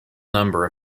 number